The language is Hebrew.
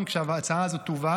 כשההצעה הזאת תובא,